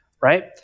right